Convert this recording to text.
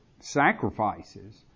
sacrifices